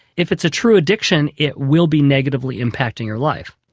if it's a true addiction it will be negatively impacting your life.